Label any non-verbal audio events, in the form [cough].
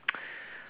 [noise]